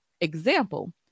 Example